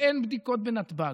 ואין בדיקות בנתב"ג,